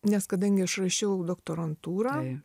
nes kadangi aš rašiau doktorantūrą